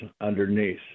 underneath